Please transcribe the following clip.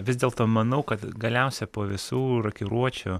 vis dėlto manau kad galiausiai po visų rokiruočių